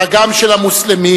חגם של המוסלמים,